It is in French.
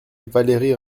valérie